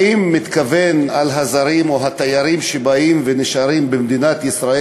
האם אתה מתכוון לזרים או התיירים שבאים ונשארים במדינת ישראל